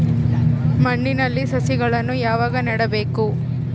ಮಣ್ಣಿನಲ್ಲಿ ಸಸಿಗಳನ್ನು ಯಾವಾಗ ನೆಡಬೇಕು?